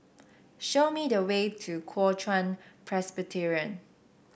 show me the way to Kuo Chuan Presbyterian